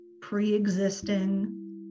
pre-existing